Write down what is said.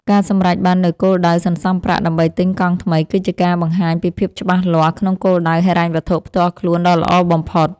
ការសម្រេចបាននូវគោលដៅសន្សំប្រាក់ដើម្បីទិញកង់ថ្មីគឺជាការបង្ហាញពីភាពច្បាស់លាស់ក្នុងគោលដៅហិរញ្ញវត្ថុផ្ទាល់ខ្លួនដ៏ល្អបំផុត។